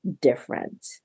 different